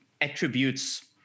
attributes